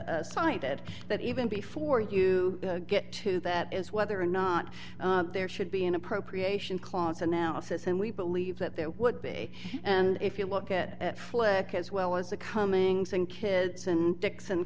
cited that even before you get to that is whether or not there should be an appropriation clause analysis and we believe that there would be and if you look at flickr as well as the comings and kids dixon